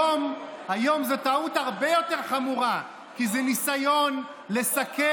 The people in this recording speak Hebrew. היום זו טעות הרבה יותר חמורה, כי זה ניסיון לסכל,